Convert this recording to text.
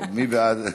מי בעד?